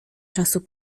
czasu